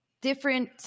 different